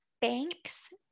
banks